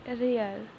real